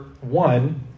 one